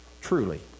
truly